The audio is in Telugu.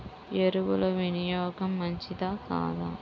ఎరువుల వినియోగం మంచిదా కాదా?